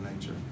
nature